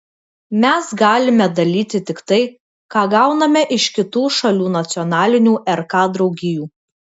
mes galime dalyti tik tai ką gauname iš kitų šalių nacionalinių rk draugijų